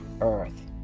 earth